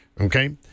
Okay